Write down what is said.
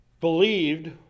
believed